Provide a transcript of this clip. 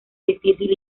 difícil